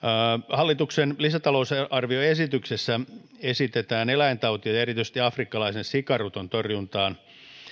hallituksen lisätalousarvioesityksessä esitetään eläintautien ja erityisesti afrikkalaisen sikaruton torjuntaan